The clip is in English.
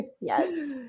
yes